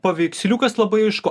paveiksliukas labai aišku